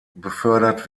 befördert